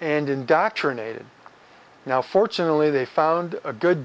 and indoctrinated now fortunately they found a good